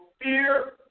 fear